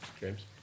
James